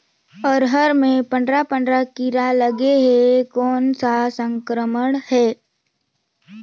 अरहर मे पंडरा पंडरा कीरा लगे हे कौन सा संक्रमण हे?